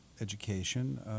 education